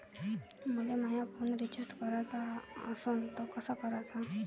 मले माया phone recharge कराचा असन तर कसा कराचा?